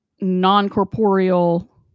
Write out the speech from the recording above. non-corporeal